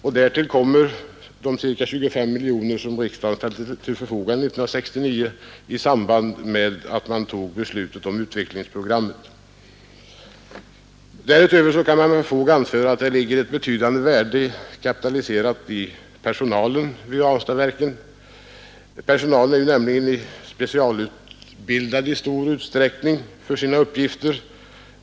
Därtill kommer de cirka 25 miljoner kronor som riksdagen ställde till förfogande år 1969 i samband med beslutet om det nu löpande utvecklingsprogrammet. Därutöver kan man med fog anföra att det ligger ett betydande värde kapitaliserat i den personal som för närvarande är sysselsatt vid Ranstadsverket. Personalen är nämligen i stor utsträckning specialutbildad för sina uppgifter.